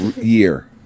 Year